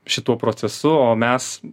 šituo procesu o mes